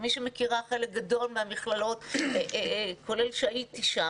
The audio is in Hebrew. כמי שמכירה חלק גדול מהמכללות, כולל שהייתי בהן,